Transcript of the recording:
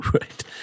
Right